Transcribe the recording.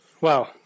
Wow